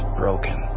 broken